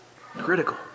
Critical